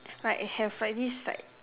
like have at least like